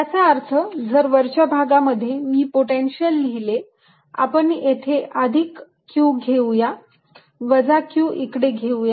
याचा अर्थ जर वरच्या भागांमध्ये मी पोटेन्शियल लिहिले आपण येथे अधिक q घेऊया वजा q इकडे घेऊया